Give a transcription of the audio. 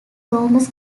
thomas